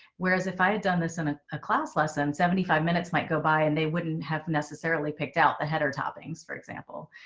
whereas if i had done this in a ah class less than seventy five minutes might go by and they wouldn't have necessarily picked out the head or toppings, for example.